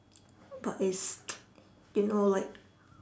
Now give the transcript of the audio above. but it's you know like